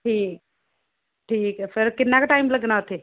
ਠੀਕ ਠੀਕ ਹੈ ਫਿਰ ਕਿੰਨਾ ਕੁ ਟਾਈਮ ਲੱਗਣਾ ਉੱਥੇ